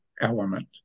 element